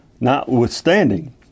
Notwithstanding